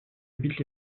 habitent